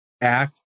act